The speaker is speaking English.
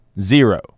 zero